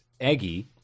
Eggie